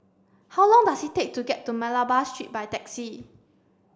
how long does it take to get to Malabar Street by taxi